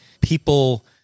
people